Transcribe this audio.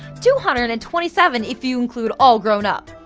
two hundred and twenty seven if you include all grown up!